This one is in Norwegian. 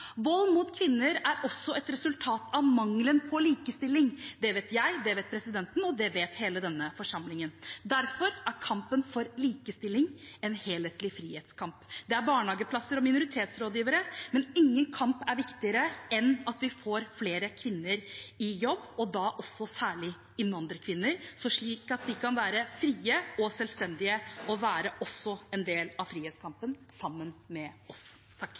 Vold mot kvinner er også et resultat av mangelen på likestilling. Det vet jeg, det vet presidenten, og det vet hele denne forsamlingen. Derfor er kampen for likestilling en helhetlig frihetskamp. Det er barnehageplasser og minoritetsrådgivere, men ingen kamp er viktigere enn at vi får flere kvinner i jobb, og da særlig innvandrerkvinner, slik at de kan være frie og selvstendige og også være en del av frihetskampen sammen med oss.